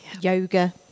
yoga